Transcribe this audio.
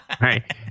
Right